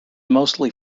mostly